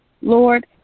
Lord